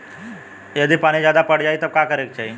यदि पानी ज्यादा पट जायी तब का करे के चाही?